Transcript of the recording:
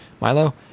Milo